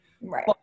right